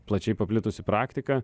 plačiai paplitusi praktika